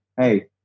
Hey